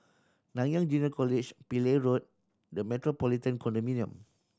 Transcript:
Nanyang Junior College Pillai Road The Metropolitan Condominium